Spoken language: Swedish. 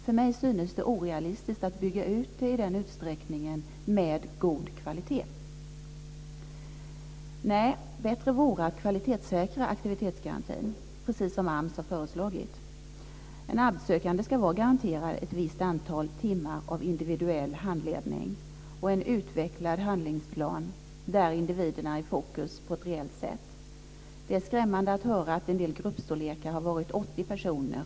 För mig synes det orealistiskt att bygga ut det i den utsträckningen med god kvalitet. Bättre vore att kvalitetssäkra aktivitetsgarantin, precis som AMS har föreslagit. En arbetssökande ska vara garanterad ett visst antal timmar av individuell handledning och en utvecklad handlingsplan där individerna är i fokus på ett reellt sätt. Det är skrämmande att höra att en del grupper har bestått av 80 personer.